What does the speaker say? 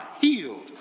healed